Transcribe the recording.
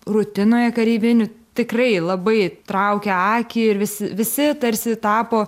rutinoje kareivinių tikrai labai traukia akį ir visi visi tarsi tapo